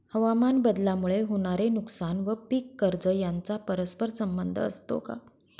हवामानबदलामुळे होणारे नुकसान व पीक कर्ज यांचा परस्पर संबंध असतो का?